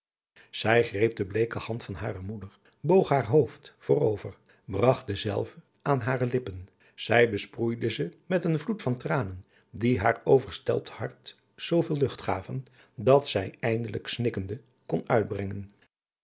zij greep de bleeke hand van hare moeder boog haar hoofd voor over bragt dezelve aan hare lippen zij besproeide ze met een vloed van tranen die haar overstelpt hart zooveel lucht gaven dat zij eindelijk snikkende kon uitbrengen